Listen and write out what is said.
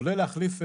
עולה להחליף,